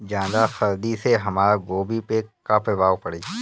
ज्यादा सर्दी से हमार गोभी पे का प्रभाव पड़ी?